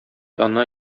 ана